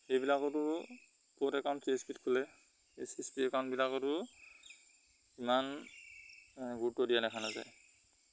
সেইবিলাকতো পত account C S পিত খোলে চি এছ পিত একাউণ্টবিলাকতো ইমান গুৰুত্ব দিয়া দেখা নাযায়